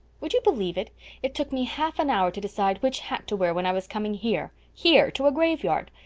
would you believe it it took me half an hour to decide which hat to wear when i was coming here here, to a graveyard!